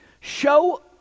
show